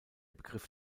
begriff